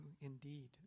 indeed